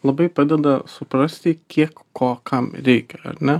labai padeda suprasti kiek ko kam reikia ar ne